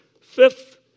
Fifth